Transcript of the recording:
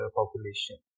population